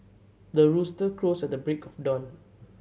the rooster crows at the break of dawn